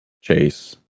Chase